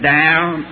down